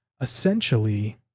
essentially